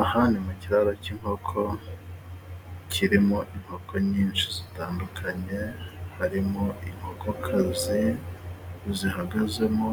Aha ni mu kiraro cy'inkoko, kirimo inkoko nyinshi zitandukanye, harimo inkoko kazi zihagazemo,